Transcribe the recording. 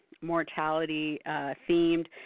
mortality-themed